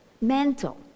mental